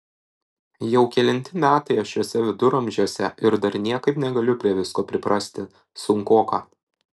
jau kelinti metai aš šiuose viduramžiuose ir dar niekaip negaliu prie visko priprasti sunkoka